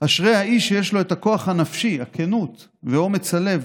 אשרי האיש שיש לו את הכוח הנפשי, הכנות ואומץ הלב